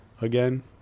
again